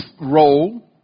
role